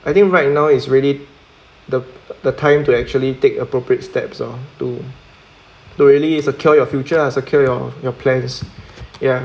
I think right now is really the the time to actually take appropriate steps oh to really secure your future ah secure your your plans ya